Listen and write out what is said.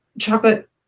chocolate